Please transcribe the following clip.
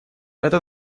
это